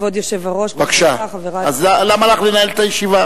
כבוד היושב-ראש, חברי, למה לך לנהל את הישיבה?